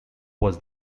was